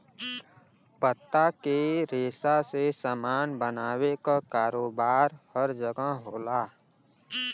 पत्ता के रेशा से सामान बनावे क कारोबार हर जगह होला